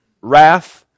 Wrath